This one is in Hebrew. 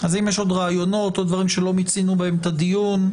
אז אם יש עוד רעיונות או דברים שלא מיצינו בהם את הדיון,